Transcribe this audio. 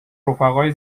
رفقای